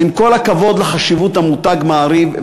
אז עם כל הכבוד לחשיבות המותג "מעריב",